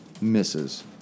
Misses